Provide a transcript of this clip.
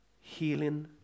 Healing